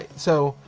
and so,